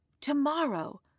Tomorrow